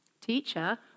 Teacher